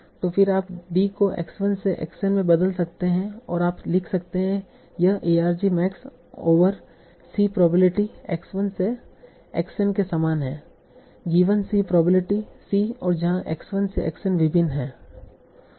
तो फिर आप d को x 1 से x n में बदल सकते हैं और आप लिख सकते हैं यह argmax over c probability x 1 से x n के समान है गिवन c प्रोबेबिलिटी c और जहाँ x 1 से x n विभिन्न हैं